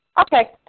Okay